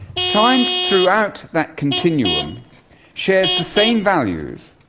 science throughout that continuum shares the same values,